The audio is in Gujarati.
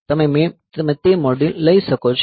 તમે તે મોડ્યુલ લઈ શકો છો